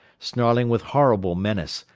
snarling with horrible menace,